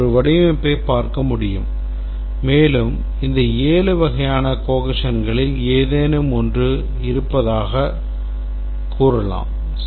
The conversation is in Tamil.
நாம் ஒரு வடிவமைப்பைப் பார்க்க முடியும் மேலும் இந்த ஏழு வகையான cohesionகளில் ஏதேனும் ஒன்று இருப்பதாகக் கூறலாம்